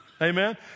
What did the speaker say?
Amen